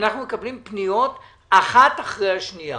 אנחנו מקבלים פניות אחת אחרי השנייה.